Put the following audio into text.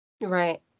Right